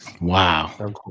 Wow